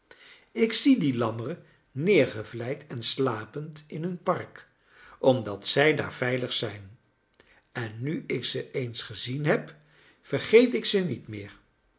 ik zie die lammeren neergevlijd en slapend in hun park omdat zij daar veilig zijn en nu ik ze eens gezien heb vergeet ik ze niet meer